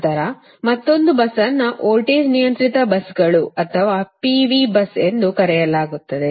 ನಂತರ ಮತ್ತೊಂದು ಬಸ್ ಅನ್ನು ವೋಲ್ಟೇಜ್ ನಿಯಂತ್ರಿತ ಬಸ್ಸುಗಳು ಅಥವಾ P V ಬಸ್ ಎಂದು ಕರೆಯಲಾಗುತ್ತದೆ